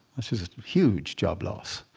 this is a huge job loss